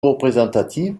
représentative